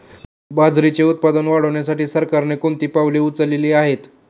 बाजरीचे उत्पादन वाढविण्यासाठी सरकारने कोणती पावले उचलली आहेत?